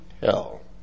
hell